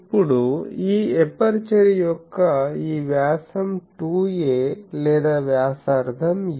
ఇప్పుడు ఈ ఎపర్చరు యొక్క ఈ వ్యాసం 2a లేదా వ్యాసార్థం a